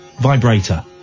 vibrator